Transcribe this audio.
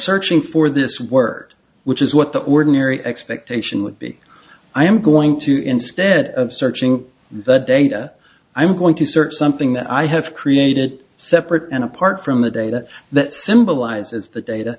searching for this word which is what that word mary expectation would be i am going to instead of searching the data i'm going to search something that i have created separate and apart from the data that symbolizes the data